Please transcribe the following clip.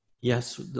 yes